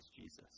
Jesus